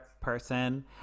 person